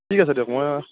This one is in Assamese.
ঠিক আছে দিয়ক মই